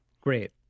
Great